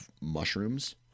mushrooms